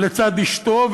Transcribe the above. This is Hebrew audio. לצד אשתו,